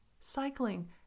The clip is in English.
Cycling